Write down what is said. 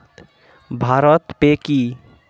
Bharat pay কি?